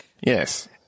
yes